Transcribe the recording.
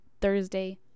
Thursday